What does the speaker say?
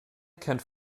kennt